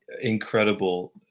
Incredible